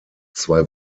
zwei